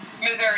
Missouri